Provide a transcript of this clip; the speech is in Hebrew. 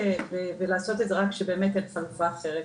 ולעשות את זה רק שבאמת יש חלוקה אחרת.